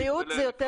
בריאות זה יותר